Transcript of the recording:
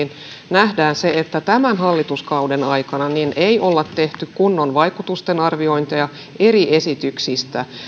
nähdään se että tämän hallituskauden aikana ei olla tehty kunnon vaikutustenarviointeja eri esityksistä